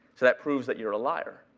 so that proves that you're a liar.